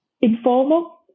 informal